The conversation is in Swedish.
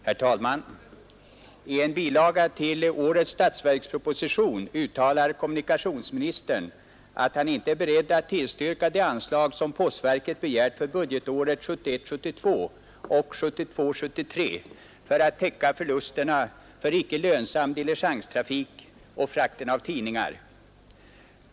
Herr talman! I en bilaga till årets statsverksproposition uttalar kommunikationsministern att han inte är beredd att tillstyrka det anslag som postverket har begärt för budgetåren 1971 73 för att täcka förlusterna för icke lönsam diligenstrafik och frakten av tidningar.